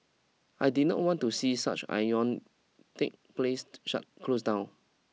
I did not want to see such placed shut close down